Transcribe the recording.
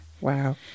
Wow